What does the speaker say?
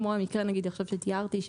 כמו נגיד המקרה שרק עכשיו תיארתי,